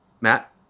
Matt